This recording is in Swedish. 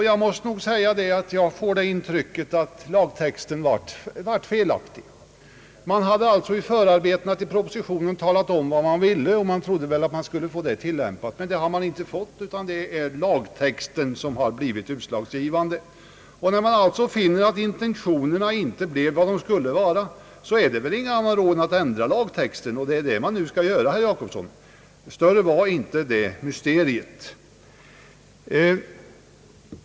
Jag får nog det intrycket, att lagtexten varit felaktig. I förarbetena till propositionen talade man om, vad man ville, och man trodde väl att man skulle ha fått det tillämpat. Men det har man inte fått, utan lagtexten har blivit utslagsgivande. När man alltså finner att det inte blev som intentionerna var, är det väl ingen annan råd än att ändra lagtexten. Det är detta man nu skall göra, herr Jacobsson! Större var inte mysteriet.